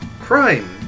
Crime